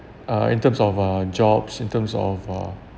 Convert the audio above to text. uh in terms of uh jobs in terms of uh